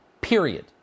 Period